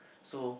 so